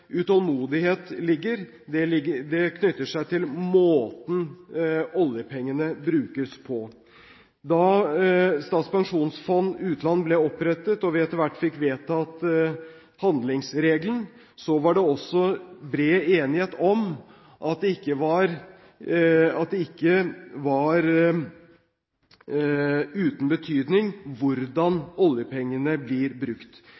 utålmodighet knytter seg først og fremst til måten oljepengene brukes på. Da Statens pensjonsfond utland ble opprettet og vi etter hvert fikk vedtatt handlingsregelen, var det bred enighet om at det ikke var uten betydning hvordan oljepengene blir brukt.